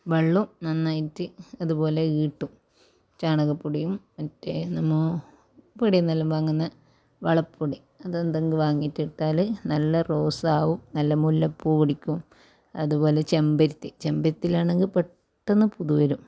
വെള്ളവും നന്നായിട്ട് അതുപോലെ ഈട്ടും ചാണകപ്പൊടിയും മറ്റേ നമ്മൾ പീടികയിൽ നിന്നെല്ലാം വാങ്ങുന്ന വളപ്പൊടി അതെന്തെങ്കിലും വാങ്ങിയിട്ട് ഇട്ടാൽ നല്ല റോസ് ആവും നല്ല മുല്ലപ്പൂ പിടിക്കും അതുപോലെ ചെമ്പരത്തി ചെമ്പരത്തിയിലാണെങ്കിൽ പെട്ടെന്ന് പുതു വരും